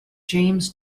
james